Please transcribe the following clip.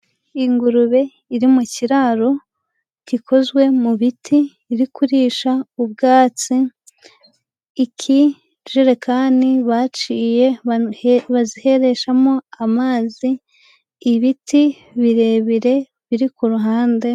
Ingurube iri mu kiraro gikozwe mu biti, iri kurisha ubwatsi. Ikijerekani baciye bazihereshamo amazi, ibiti birebire biri ku ruhande...